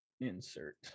insert